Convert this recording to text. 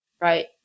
right